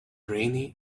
rainy